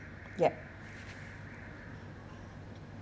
yup